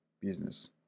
business